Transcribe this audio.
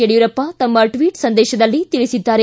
ಯಡಿಯೂರಪ್ಪ ತಮ್ಮ ಟ್ವಿಟ್ ಸಂದೇಶದಲ್ಲಿ ತಿಳಿಸಿದ್ದಾರೆ